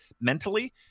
mentally